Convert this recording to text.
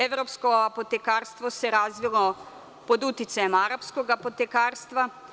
Evropsko apotekarstvo se razvilo pod uticajem arapskog apotekarstva.